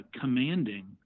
commanding